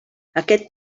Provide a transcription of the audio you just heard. aquest